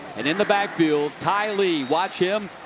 and in the back field, ty lee, watch him,